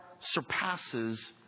surpasses